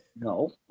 no